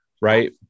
Right